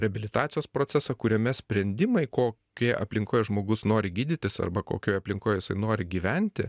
reabilitacijos procesą kuriame sprendimai kokioje aplinkoje žmogus nori gydytis arba kokioje aplinkoje jisai nori gyventi